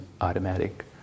automatic